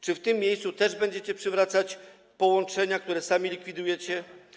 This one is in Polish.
Czy w tym miejscu też będziecie przywracać połączenia, które sami likwidujecie?